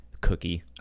cookie